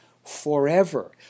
forever